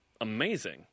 amazing